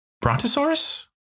Brontosaurus